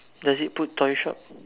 does it put toy shop